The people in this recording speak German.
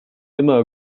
immer